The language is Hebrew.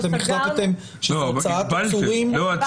אתם החלטתם שהוצאת עצורים --- לא, אבל הגבלתם.